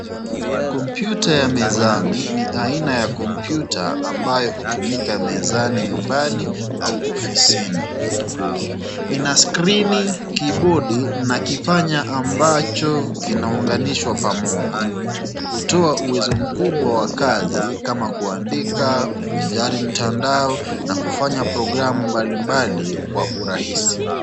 Kompyuta ya mezani ni aina ya kompyuta ambayo hutumika mezani nyumbani au ofisini. Ina skrini, kibodi na kipanya ambacho kinaunganishwa pamoja. Hutoa uwezo mkubwa wa kazi kama kuandika, kuvinjari mtandao na kufanya programu mbali mbali kwa urahisi.